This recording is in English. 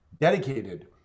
dedicated